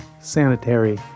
sanitary